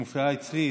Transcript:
היא מופיעה אצלי,